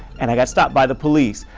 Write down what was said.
and i get stopped by the police.